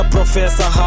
Professor